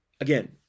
Again